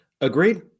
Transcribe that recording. Agreed